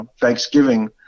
Thanksgiving